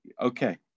Okay